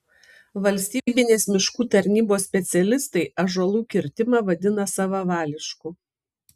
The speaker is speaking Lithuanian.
valstybinės miškų tarnybos specialistai ąžuolų kirtimą vadina savavališku